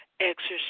Exercise